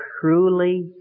truly